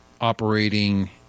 operating